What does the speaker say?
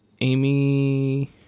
Amy